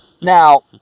Now